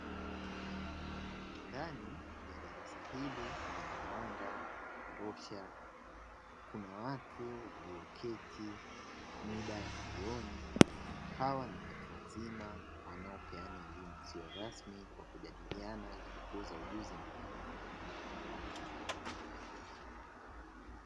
Ndani ya darasa hili lenye mwanga wa kutosha, kuna watu walioketi mida ya jioni. Hawa ni watu wazima wanaopeana elimu isiyo rasmi kwa kujadiliana ili kukuza ujuzi na maarifa.